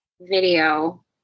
video